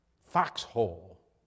foxhole